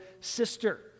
sister